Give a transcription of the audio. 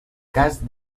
cas